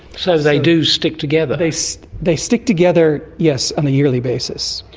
so they do stick together. they so they stick together, yes, on a yearly basis.